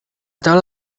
taula